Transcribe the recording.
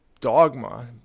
dogma